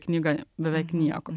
knyga beveik nieko